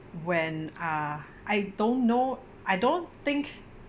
when ah I don't know I don't think